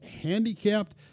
handicapped